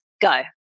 Go